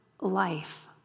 life